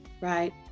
Right